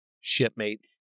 shipmates